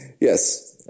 Yes